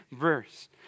verse